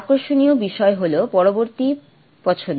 আকর্ষণীয় বিষয় হল পরবর্তী পছন্দ